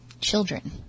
children